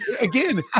again